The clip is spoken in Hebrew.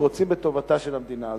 שרוצים בטובתה של המדינה הזאת.